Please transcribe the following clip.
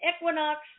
equinox